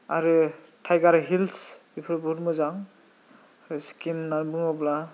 आरो टाइगार हिल्स बेफोर बुहुद मोजां आरो सिक्किम होनना बुङोब्ला